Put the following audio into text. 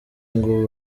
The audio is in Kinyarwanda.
ngo